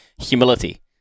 humility